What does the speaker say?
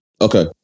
Okay